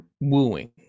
wooing